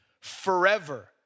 forever